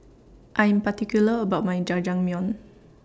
I Am particular about My Jajangmyeon